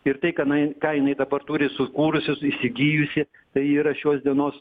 ir tai kanai ką jinai dabar turi sukūrusi s įsigijusi tai yra šios dienos